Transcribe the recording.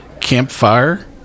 Campfire